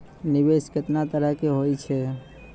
निवेश केतना तरह के होय छै?